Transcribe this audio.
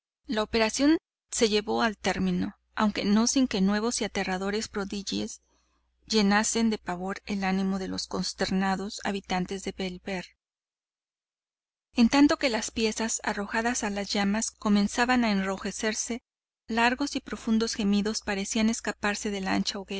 la operación se llevó a término aunque no sin que nuevos y aterradores prodigios llenasen de pavor al ánimo de los consternados habitantes de bellver en tanto que las piezas arrojadas a las llamas comenzaban a enrojecerse largos y profundos gemidos parecían escarparse de la ancha